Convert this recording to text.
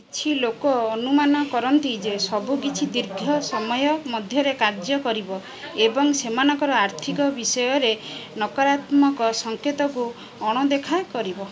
କିଛି ଲୋକ ଅନୁମାନ କରନ୍ତି ଯେ ସବୁକିଛି ଦୀର୍ଘ ସମୟ ମଧ୍ୟରେ କାର୍ଯ୍ୟ କରିବ ଏବଂ ସେମାନଙ୍କର ଆର୍ଥିକ ବିଷୟରେ ନକାରାତ୍ମକ ସଂକେତକୁ ଅଣଦେଖା କରିବ